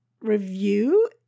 review